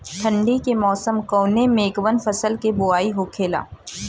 ठंडी के मौसम कवने मेंकवन फसल के बोवाई होखेला?